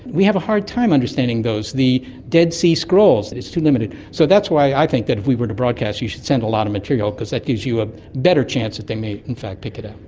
we have a hard time understanding those. the dead sea scrolls. it's too limited. so that's why i think that if we were to broadcast you should send a lot of material because that gives you a better chance that they may in fact pick it up.